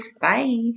Bye